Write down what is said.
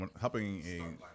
helping